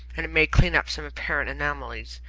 and it may clear up some apparent anomalies,